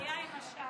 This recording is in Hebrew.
מה הבעיה עם השל?